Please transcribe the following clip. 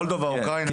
ממולדובה ואוקראינה.